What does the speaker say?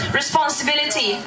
responsibility